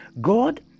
God